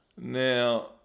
Now